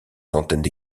centaines